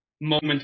moment